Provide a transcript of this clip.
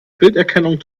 bilderkennung